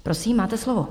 Prosím, máte slovo.